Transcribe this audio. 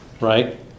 right